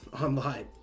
online